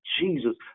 Jesus